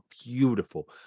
beautiful